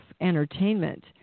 entertainment